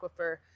aquifer